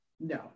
No